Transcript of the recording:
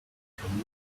from